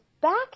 back